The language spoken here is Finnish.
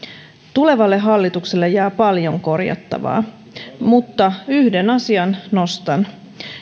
tulevalle hallitukselle jää paljon korjattavaa mutta yhden asian nostan